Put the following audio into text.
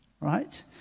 right